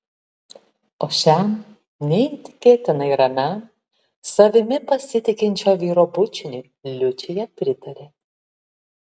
o šiam neįtikėtinai ramiam savimi pasitikinčio vyro bučiniui liučija pritarė